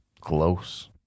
close